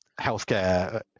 healthcare